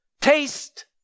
Taste